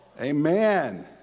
Amen